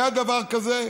היה דבר כזה,